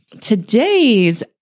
today's